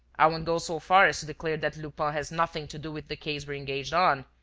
i won't go so far as to declare that lupin has nothing to do with the case we're engaged on.